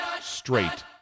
straight